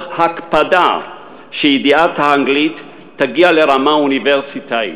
בהקפדה שידיעת האנגלית תגיע לרמה אוניברסיטאית,